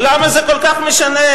למה זה כל כך משנה?